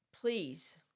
please